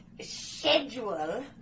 schedule